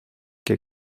que